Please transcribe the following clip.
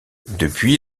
depuis